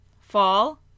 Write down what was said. Fall